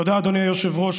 תודה, אדוני היושב-ראש.